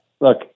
look